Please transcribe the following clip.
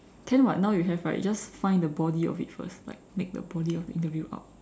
can [what] now you have right you just find the body of it first like make the body of the interview out